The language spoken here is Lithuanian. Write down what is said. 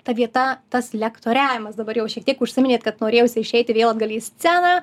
ta vieta tas lektoriavimas dabar jau šiek tiek užsiminėt kad norėjosi išeiti vėl atgal į sceną